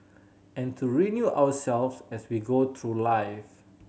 and to renew ourselves as we go through life